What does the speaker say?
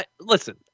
listen